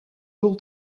doel